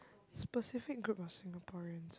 specific group of Singaporeans